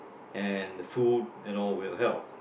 and the food you know will help